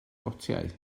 gotiau